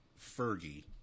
Fergie